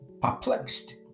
perplexed